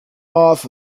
off